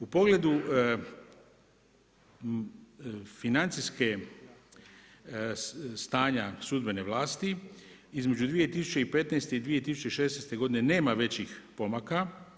U pogledu financijske stanja sudbene vlasti između 2015. i 2016. nema većih pomaka.